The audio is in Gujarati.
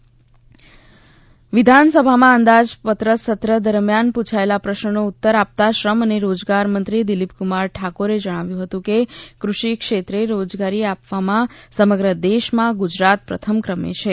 વિધાનસભા પ્રશ્નોતરી વિધાનસભામાં અંદાજપત્ર સત્ર દરમિયાન પૂછાયેલા પ્રશ્નનો ઉત્તર આપતા શ્રમ અને રોજગાર મંત્રી દિલીપકુમાર ઠાકોરે જણાવ્યું હતું કે કૃષિ ક્ષેત્રે રોજગારી આપવામાં સમગ્ર દેશમાં ગુજરાત પ્રથમ ક્રમે છે